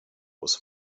was